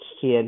kid